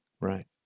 Right